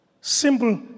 Simple